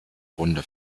runde